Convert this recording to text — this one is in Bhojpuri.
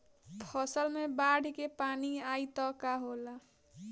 फसल मे बाढ़ के पानी आई त का होला?